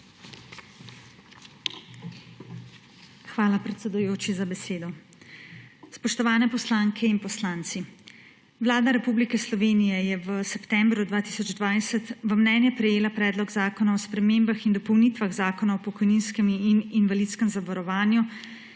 Hvala, predsedujoči, za besedo. Spoštovane poslanke in poslanci! Vlada Republike Slovenije je v septembru 2020 v mnenje prejela Predlog zakona o spremembah in dopolnitvah Zakona o pokojninskem in invalidskem zavarovanju,